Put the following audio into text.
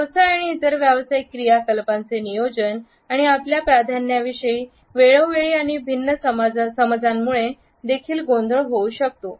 व्यवसाय आणि इतर व्यावसायिक क्रियाकलापांचे नियोजन आणि आपल्या प्राधान्यांविषयी वेळोवेळी आणि भिन्न समजांमुळे देखील गोंधळ होऊ शकतो